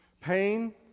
Pain